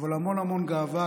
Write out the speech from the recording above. אבל המון גאווה,